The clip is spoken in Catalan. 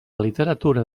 literatura